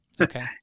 Okay